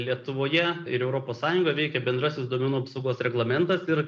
lietuvoje ir europos sąjungoj veikia bendrasis duomenų apsaugos reglamentas ir